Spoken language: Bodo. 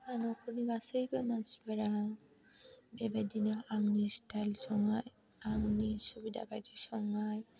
आरो न'खरनि गासैबो मानसिफोरा बेबायदिनो आंनि स्टाइल संनाय आरो आंनि सुबिदा बायदि संनाय